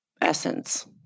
essence